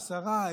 עשרה,